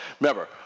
Remember